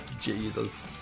Jesus